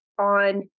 on